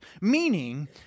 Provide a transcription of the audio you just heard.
Meaning